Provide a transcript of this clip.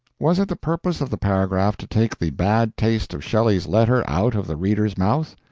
was it the purpose of the paragraph to take the bad taste of shelley's letter out of the reader's mouth?